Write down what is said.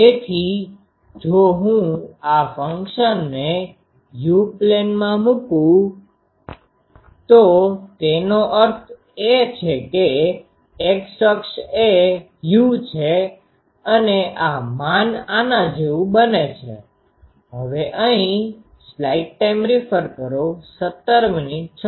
તેથી જો હું આ ફંક્શનને u પ્લેનમાં મુકું તો તેનો અર્થ એ કે X અક્ષ એ u છે અને આ માન આના જેવું બને છે